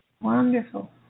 Wonderful